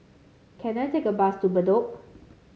can I take a bus to Bedok